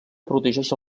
protegeix